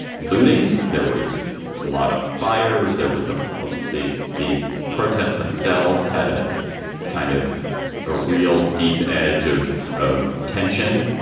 looting. there was a lot of fires. there was a a the the protests themselves had a kind of a real deep edge of of tension.